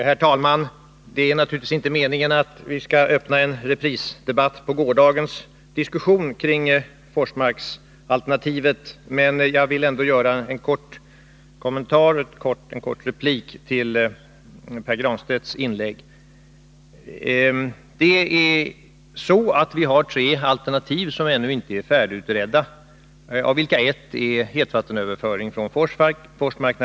Herr talman! Det är naturligtvis inte meningen att vi skall öppna en reprisdebatt på gårdagens diskussion kring Forsmarksalternativet, men jag vill ändå ge Pär Granstedt en kort replik. Vi har när det gäller Storstockholms värmeförsörjning tre alternativ som ännu inte är färdigutredda, av vilka ett är hetvattenöverföring från Forsmark.